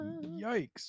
yikes